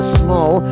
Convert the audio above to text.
small